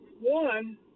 One